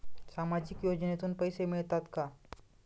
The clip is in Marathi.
सामाजिक योजनेतून पैसे मिळतात का?